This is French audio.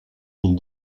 mille